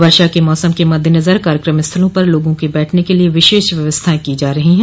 वर्षा के मौसम के मद्देनजर कार्यक्रम स्थलों पर लोगों के बैठने के लिए विशेष व्यवस्थाएं की जा रही है